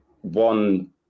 one